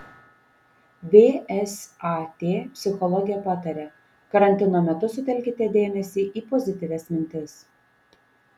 vsat psichologė pataria karantino metu sutelkite dėmesį į pozityvias mintis